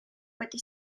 wedi